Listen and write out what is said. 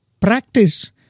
practice